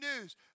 news